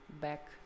back